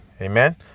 amen